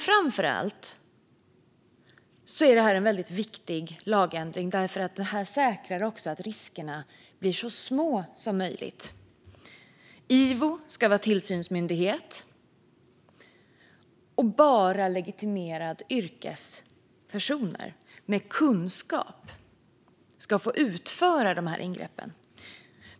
Framför allt är detta en viktig lagändring eftersom det nu säkras att riskerna blir så små som möjligt. IVO ska vara tillsynsmyndighet, och bara legitimerade yrkespersoner med kunskap ska få utföra dessa ingrepp.